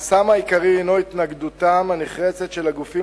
החסם העיקרי הינו התנגדותם הנחרצת של הגופים